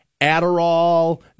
Adderall